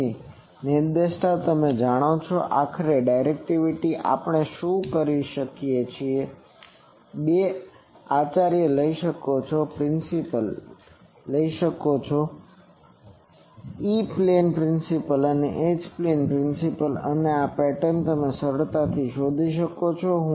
તેથી નિર્દેશનતા તમે જાણો છો કે આશરે ડાયરેક્ટિવિટી આપણે શું કરી શકીએ છીએ તે તમે બે આચાર્ય લઈ શકો છો જો પ્રિન્સિપલ ઇ પ્લેન અને પ્રિન્સિપલ એચ પ્લેન પેટર્ન અને આ પેટર્નથી તમે સરળતાથી શોધી શકો છો